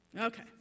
Okay